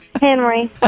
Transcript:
Henry